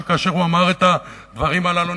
שכאשר הוא אמר את הדברים הללו,